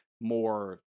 more